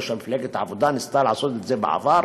שמפלגת העבודה ניסתה לעשות את זה בעבר,